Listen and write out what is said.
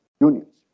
unions